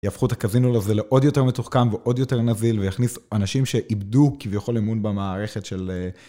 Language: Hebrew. יהפכו את הקזינו הזה לעוד יותר מתוחכם ועוד יותר נזיל, ויכניסו אנשים שאיבדו כביכול אמון במערכת של...